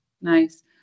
nice